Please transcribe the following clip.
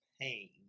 pain